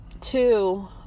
two